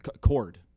Cord